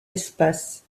espace